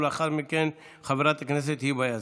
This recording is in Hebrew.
ולאחר מכן, חברת הכנסת היבה יזבק.